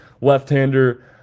left-hander